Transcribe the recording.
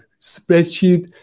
spreadsheet